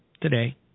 today